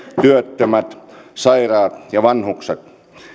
työttömät sairaat ja vanhukset